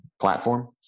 platform